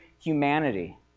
humanity